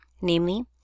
namely